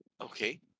Okay